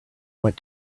went